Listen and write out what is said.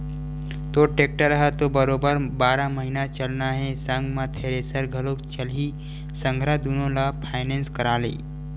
तोर टेक्टर ह तो बरोबर बारह महिना चलना हे संग म थेरेसर घलोक चलही संघरा दुनो ल फायनेंस करा ले